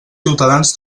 ciutadans